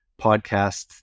podcast